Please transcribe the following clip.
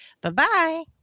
Bye-bye